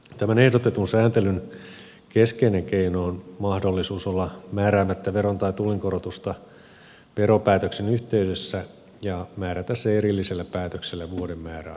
tämän ehdotetun sääntelyn keskeinen keino on mahdollisuus olla määräämättä veron tai tullinkorotusta verotuspäätöksen yhteydessä ja määrätä se erillisellä päätöksellä vuoden määräajassa